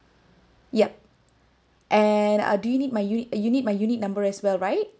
yup and do you need my unit you need my unit number as well right